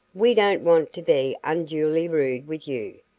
we don't want to be unduly rude with you,